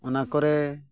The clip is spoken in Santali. ᱚᱱᱟ ᱠᱚᱨᱮ